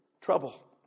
trouble